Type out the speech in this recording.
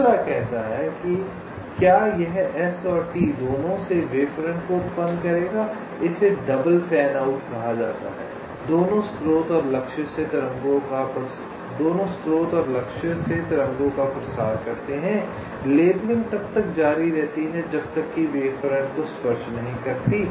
दूसरा कहता है क्या यह S और T दोनों से वेव फ्रंट को उत्पन्न करेगा इसे डबल फैन आउट कहा जाता है दोनों स्रोत और लक्ष्य से तरंगों का प्रसार करते हैं लेबलिंग तब तक जारी रहती है जब तक कि वेव फ्रंट को स्पर्श नहीं करती